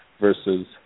versus